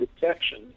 detection